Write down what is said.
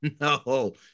No